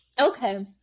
okay